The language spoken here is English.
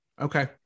okay